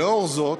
לנוכח זאת